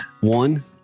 One